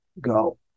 go